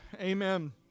Amen